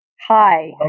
Hi